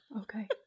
Okay